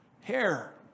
Hair